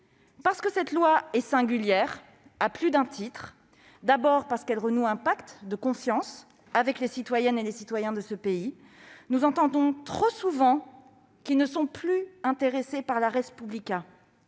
Ce projet de loi est singulier à plus d'un titre. Tout d'abord, parce qu'il renoue un pacte de confiance avec les citoyennes et les citoyens de ce pays. Nous entendons trop souvent qu'ils ne sont plus intéressés par la, la